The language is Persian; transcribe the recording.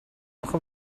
اخه